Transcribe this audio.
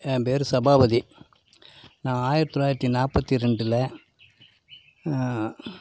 என் பேர் சபாபதி நான் ஆயிரத்தி தொள்ளாயிரத்தி நாற்பத்தி ரெண்டில்